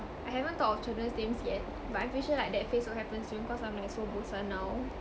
I haven't thought of children's names yet but I'm pretty sure like that phase will happen soon cause I'm like so bosan now